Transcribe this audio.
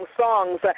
songs